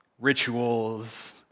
rituals